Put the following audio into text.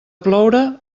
ploure